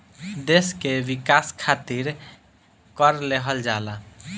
देस के विकास खारित कर लेहल जाला